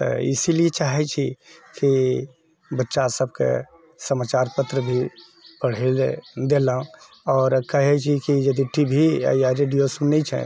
तऽ इसिलए चाहै छी कि बच्चा सबकेँ समाचार पत्र भी पढ़ै लए देलहुँ आओर कहै छी कि यदि टी वी या रेडियो सुनै छै